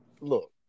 Look